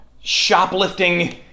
shoplifting